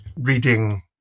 reading